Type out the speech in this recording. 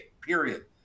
period